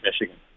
Michigan